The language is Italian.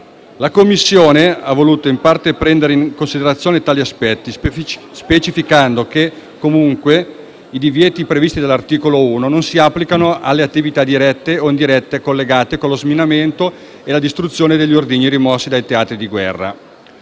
La Commissione ha voluto in parte prendere in considerazione tali aspetti, specificando che comunque i divieti previsti dall'articolo 1 non si applicano alle attività dirette o indirette collegate con lo sminamento e la distruzione degli ordigni rimossi dai teatri di guerra.